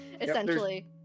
essentially